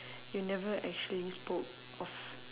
you never actually spoke of